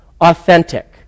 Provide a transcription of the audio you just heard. authentic